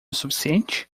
suficiente